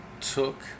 took